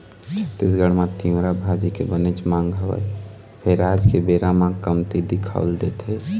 छत्तीसगढ़ म तिंवरा भाजी के बनेच मांग हवय फेर आज के बेरा म कमती दिखउल देथे